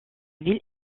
ville